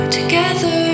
together